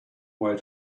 way